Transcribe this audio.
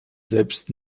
selbst